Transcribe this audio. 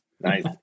Nice